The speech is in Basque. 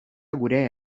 gure